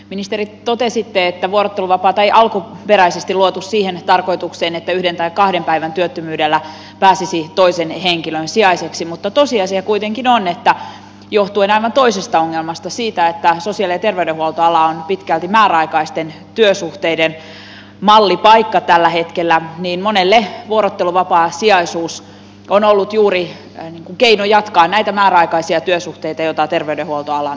ministeri totesitte että vuorotteluvapaata ei alkuperäisesti luotu siihen tarkoitukseen että yhden tai kahden päivän työttömyydellä pääsisi toisen henkilön sijaiseksi mutta tosiasia kuitenkin on että johtuen aivan toisesta ongelmasta siitä että sosiaali ja terveydenhuoltoala on pitkälti määräaikaisten työsuhteiden mallipaikka tällä hetkellä monelle vuorotteluvapaasijaisuus on ollut juuri keino jatkaa näitä määräaikaisia työsuhteita joita terveydenhuoltoalamme on täynnä